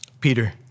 Peter